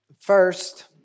First